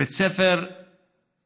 בית ספר יפה,